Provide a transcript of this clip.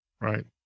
Right